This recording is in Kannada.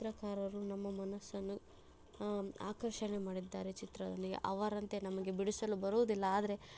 ಚಿತ್ರಕಾರರು ನಮ್ಮ ಮನಸ್ಸನ್ನು ಆಕರ್ಷಣೆ ಮಾಡಿದ್ದಾರೆ ಚಿತ್ರದಲ್ಲಿ ಅವರಂತೆ ನಮಗೆ ಬಿಡಿಸಲು ಬರುವುದಿಲ್ಲ ಆದರೆ